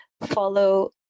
follow